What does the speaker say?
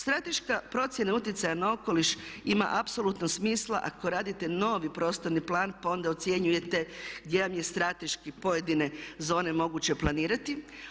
Strateška procjena utjecaja na okoliš ima apsolutno smisla ako radite novi prostorni plan pa onda ocjenjujete gdje vam je strateški pojedine zone moguće planirati.